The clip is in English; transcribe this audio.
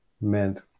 meant